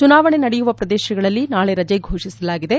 ಚುನಾವಣೆ ನಡೆಯುವ ಪ್ರದೇಶಗಳಲ್ಲಿ ನಾಳೆ ರಜೆ ಫೋಷಿಸಲಾಗಿದೆ